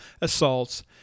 assaults